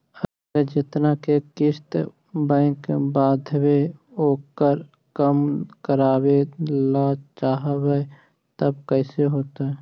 अगर जेतना के किस्त बैक बाँधबे ओकर कम करावे ल चाहबै तब कैसे होतै?